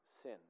sin